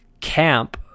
camp